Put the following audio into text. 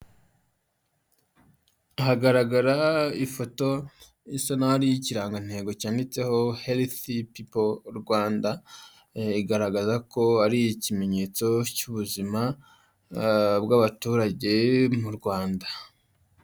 Hagaragara ifoto isa naho ari iy'ikirangantego cyanditseho health people Rwanda. Igaragaza ko ari ikimenyetso cy'ubuzima bw'abaturage mu Rwanda.